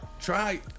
Try